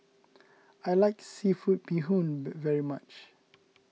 I like Seafood Bee Hoon very much